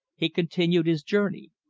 he continued his journey.